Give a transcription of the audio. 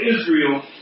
Israel